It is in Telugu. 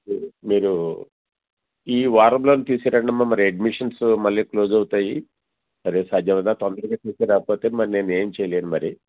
మీరు ఈ వారంలో తీసుకు రండి అమ్మా మరి అడ్మిషన్స్ మళ్ళీ క్లోజ్ అవుతాయి అరే సాధ్యమైనంత తొందరగా తీసుకు రాకపోతే మరి నేను ఏమి చేయలేను మరి